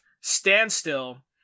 standstill